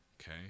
okay